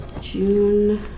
June